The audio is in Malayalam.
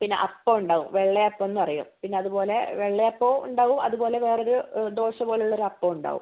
പിന്നെ അപ്പം ഉണ്ടാവും വെള്ളയപ്പം എന്ന് പറയും അതുപോലെ വെള്ളയപ്പവും ഉണ്ടാവും അതുപോലെ വേറൊരു ദോശ പോലെ ഉള്ളൊരു അപ്പവും ഉണ്ടാവും